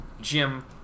Jim